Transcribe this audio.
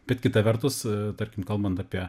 bet kita vertus tarkim kalbant apie